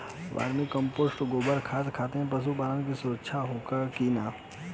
Vermi कंपोस्ट गोबर खाद खातिर पशु पालन में सुधार होला कि न?